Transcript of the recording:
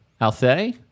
Althea